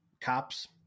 cops